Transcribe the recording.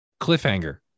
Cliffhanger